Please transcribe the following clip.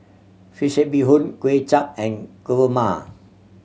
fish head bee hoon Kuay Chap and kurma